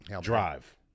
drive